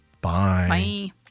Bye